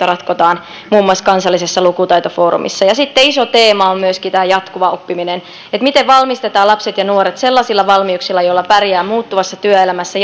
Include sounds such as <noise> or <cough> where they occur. <unintelligible> ratkotaan muun muassa kansallisessa lukutaitofoorumissa sitten iso teema on myöskin tämä jatkuva oppiminen eli miten valmistetaan lapset ja nuoret sellaisilla valmiuksilla joilla pärjää muuttuvassa työelämässä <unintelligible>